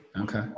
Okay